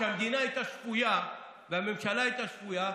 כשהמדינה הייתה שפויה והממשלה הייתה שפויה,